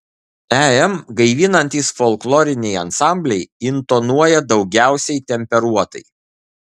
em gaivinantys folkloriniai ansambliai intonuoja daugiausiai temperuotai